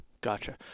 Gotcha